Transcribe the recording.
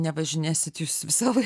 nevažinėsit jūs visąlaik